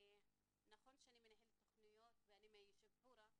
נכון שאני מנהלת תכניות ואני מהיישוב חורה,